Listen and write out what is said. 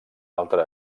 altre